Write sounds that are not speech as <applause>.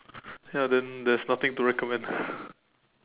ya then there's nothing to recommend <breath>